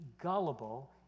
gullible